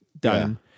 done